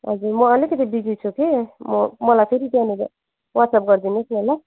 हजुर म अलिकति बिजी छु कि म मलाई फेरि त्यहाँनेर वाट्सएप गरिदिनुहोस् न ल